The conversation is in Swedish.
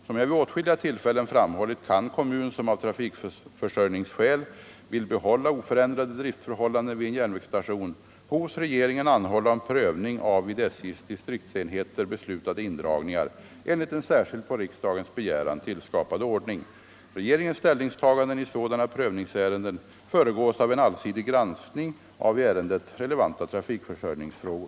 Som jag vid åtskilliga tillfällen framhållit kan kommun, som av tra 19 fikförsörjningsskäl vill behålla oförändrade driftförhållanden vid en järnvägsstation, hos regeringen anhålla om prövning av vid SJ:s distriktsenheter beslutade indragningar enligt en särskild på riksdagens begäran tillskapad ordning. Regeringens ställningstaganden i sådana prövningsärenden föregås av en allsidig granskning av i ärendet relevanta trafikförsörjningsfrågor.